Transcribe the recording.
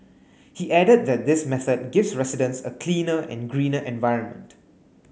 he added that this method gives residents a cleaner and greener environment